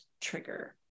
trigger